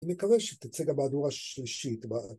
‫אני מקווה שתצא גם מהדורה שלישית.